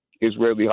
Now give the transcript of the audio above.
Israeli